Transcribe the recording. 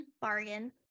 bargain